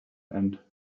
and